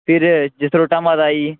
फिर जसरोटा माता आई गेई